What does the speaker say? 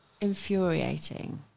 infuriating